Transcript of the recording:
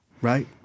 right